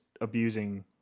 abusing